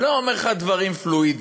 לא אומר לך דברים פלואידיים.